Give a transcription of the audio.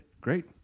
great